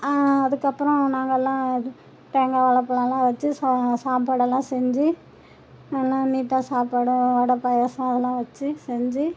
அதுக்கப்புறம் நாங்கெல்லாம் தேங்காய் வாழைப் பழல்லாம் வச்சு ச சாப்பாடெல்லாம் செஞ்சு எல்லாம் நீட்டாக சாப்பாடு வடை பாயசம் அதெல்லாம் வெச்சு செஞ்சு